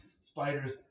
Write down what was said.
spiders